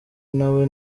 nawe